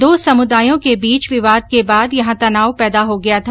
दो समुदायों के बीच विवाद के बाद यहां तनाव पैदा हो गया था